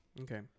Okay